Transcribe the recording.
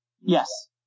Yes